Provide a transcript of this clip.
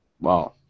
Wow